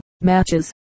matches